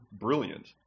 brilliant